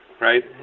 right